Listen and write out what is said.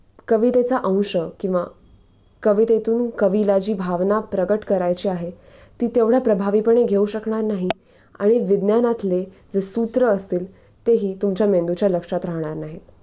कवितेचा अंश किंवा कवितेतून कवीला जी भावना प्रगट करायची आहे ती तेवढ्या प्रभावीपणे घेऊ शकणार नाही आणि विज्ञानातले जे सूत्र असतील तेही तुमच्या मेंदूच्या लक्षात राहणार नाही